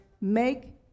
make